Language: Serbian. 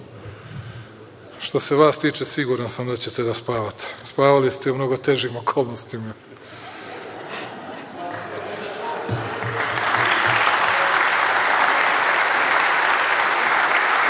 se vas tiče, siguran sam da ćete da spavate. Spavali ste i u mnogo težim okolnostima. Možda